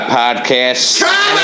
podcast